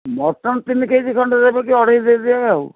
mutton ତିନି KG ଖଣ୍ଡେ ଦେବେ କି ଅଢ଼େଇ ଦେଇଦେବେ ଆଉ